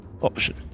option